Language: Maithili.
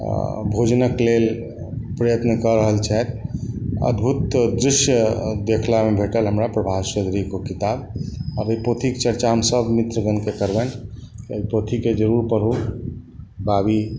भोजनक लेल प्रयत्न कऽ रहल छथि अद्भुत दृश्य देखला मे भेटल हमरा प्रभास चौधरी के ओ किताब आ ओहि पोथी के चर्चा हम सब मित्रगण के करबनि एहि पोथी के जरूर पढु बाबी